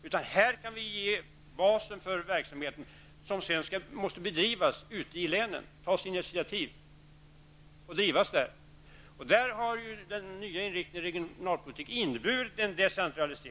Här i Stockholm kan vi ge basen för verksamheten som sedan måste bedrivas ute i länen, och initiativ måste tas där. Den nya inriktningen av regionalpolitiken har inneburit en decentralisering.